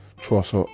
Trust